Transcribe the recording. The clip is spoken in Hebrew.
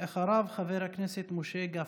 בבקשה, ואחריו, חבר הכנסת משה גפני.